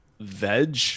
veg